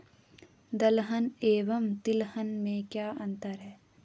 दलहन एवं तिलहन में क्या अंतर है?